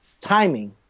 timing